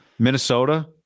Minnesota